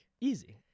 Easy